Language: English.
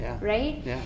right